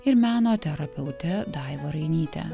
ir meno terapeute daiva rainyte